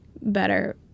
better